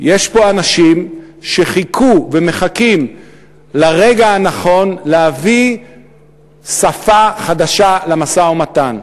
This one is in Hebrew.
יש פה אנשים שחיכו ומחכים לרגע הנכון להביא שפה חדשה למשא-ומתן.